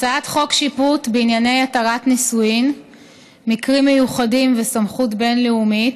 הצעת חוק שיפוט בענייני התרת נישואין (מקרים מיוחדים וסמכות בין-לאומית)